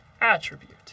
attribute